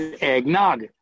eggnog